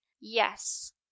yes